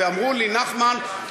ואמרו לי: נחמן,